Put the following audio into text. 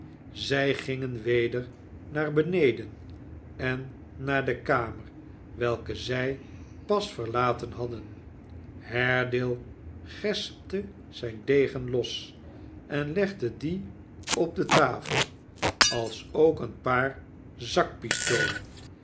zij gingen weder naar beneden en naar de kamer welke zij pas verlaten hadden haredaie gespte zijn degen los en legde dien op de tafel alsook een paar zakpistolen